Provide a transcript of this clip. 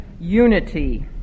Unity